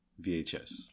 VHS